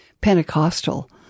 Pentecostal